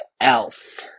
else